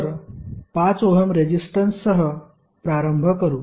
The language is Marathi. तर 5 ओहम रेजिस्टन्ससह प्रारंभ करु